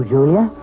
Julia